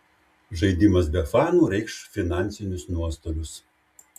žaidimas be fanų reikš finansinius nuostolius